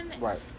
Right